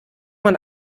man